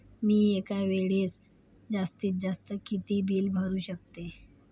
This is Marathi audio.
मी एका वेळेस जास्तीत जास्त किती बिल भरू शकतो?